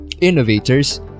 innovators